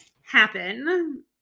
happen